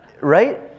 Right